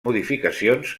modificacions